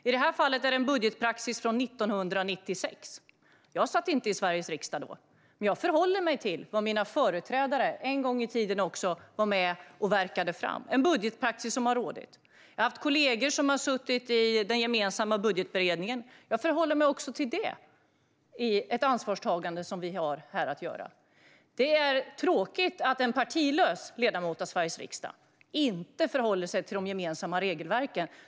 I detta fall är det en budgetpraxis från 1996. Jag satt inte i Sveriges riksdag då, men jag förhåller mig till vad mina företrädare en gång i tiden var med och tog fram och till den budgetpraxis som har rått. Jag har haft kollegor som har suttit i den gemensamma budgetberedningen, och jag förhåller mig också till detta i ett ansvarstagande som vi här har att göra. Det är tråkigt att en partilös ledamot av Sveriges riksdag inte håller sig till de gemensamma regelverken.